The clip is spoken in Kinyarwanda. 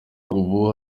ubu